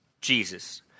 Jesus